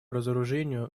разоружению